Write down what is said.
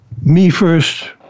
me-first